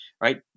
right